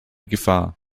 gefahr